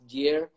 year